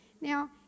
Now